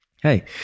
hey